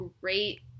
great